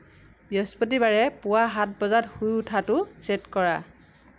বৃহস্পতিবাৰে পুৱা সাত বজাত শুই উঠাটো ছে'ট কৰা